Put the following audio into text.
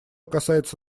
касается